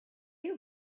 you